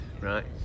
right